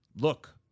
look